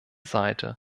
seite